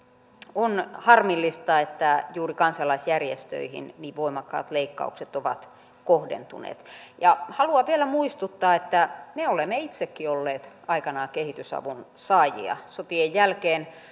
on harmillista että juuri kansalaisjärjestöihin niin voimakkaat leikkaukset ovat kohdentuneet haluan vielä muistuttaa että me olemme itsekin olleet aikanaan kehitysavun saajia sotien jälkeen